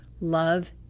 love